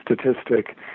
statistic